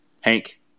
Hank